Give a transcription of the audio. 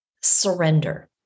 surrender